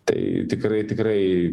tai tikrai tikrai